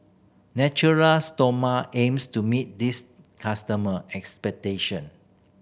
Natura Stoma aims to meet this customer expectation